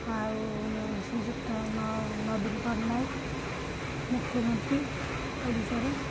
ଆଉ ନ ଶ୍ରୀଯୁକ୍ତ ନ ନବୀନ ପଟ୍ଟନାୟକ ମୁଖ୍ୟମନ୍ତ୍ରୀ ଓଡ଼ିଶାର